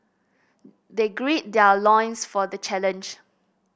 they gird their loins for the challenge